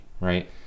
right